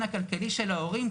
הכלכלי של ההורים,